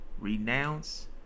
renounce